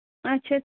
اَچھا